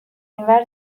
اینور